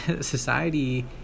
society